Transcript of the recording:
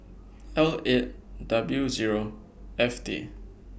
L eight W Zero F T